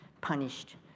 punished